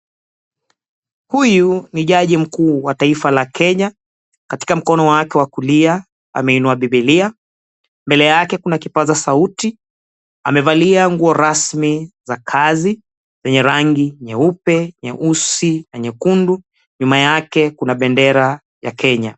Huyu ni jaji mkuu wa taifa la Kenya. Katika mkono wake wa kulia ameinua Biblia, mbele yake kuna kipaza sauti. Amevalia nguo rasmi za kazi zenye rangi nyeupe, nyeusi na nyekundu. Nyuma yake kuna bendera ya Kenya.